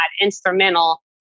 instrumental